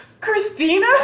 Christina